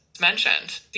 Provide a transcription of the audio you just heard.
mentioned